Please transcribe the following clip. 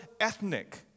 ethnic